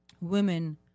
women